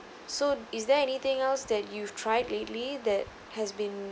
so is there anything else that you've tried lately that has been